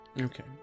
Okay